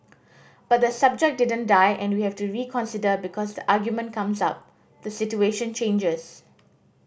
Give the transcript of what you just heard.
but the subject didn't die and we have to reconsider because the argument comes up the situation changes